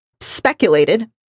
speculated